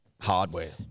Hardware